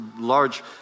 large